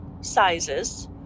sizes